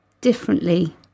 differently